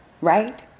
right